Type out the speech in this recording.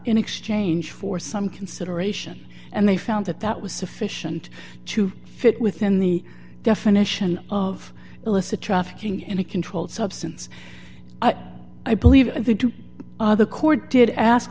in exchange for some consideration and they found that that was sufficient to fit within the definition of illicit trafficking and a controlled substance i believe the two other court did ask